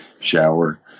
shower